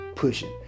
pushing